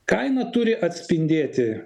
kaina turi atspindėti